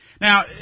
Now